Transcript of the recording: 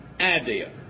idea